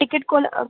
ticket Coal